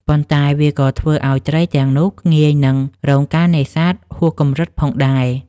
ប៉ុន្តែវាក៏ធ្វើឱ្យត្រីទាំងនោះងាយនឹងរងការនេសាទហួសកម្រិតផងដែរ។